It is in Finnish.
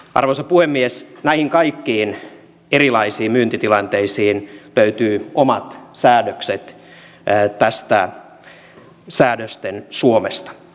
arvoisa puhemies näihin kaikkiin erilaisiin myyntitilanteisiin löytyvät omat säädökset tästä säädösten suomesta